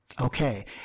Okay